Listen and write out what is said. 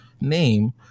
name